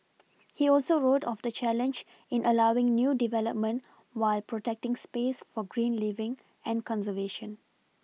he also wrote of the challenge in allowing new development while protecting space for green living and conservation